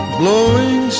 blowing